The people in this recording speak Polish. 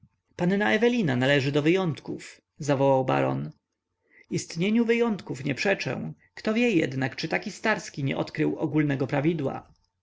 panna ewelina należy do wyjątków zawołał baron istnieniu wyjątków nie przeczę kto wie jednak czy taki starski nie odkrył ogólnego prawidła